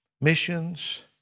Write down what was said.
missions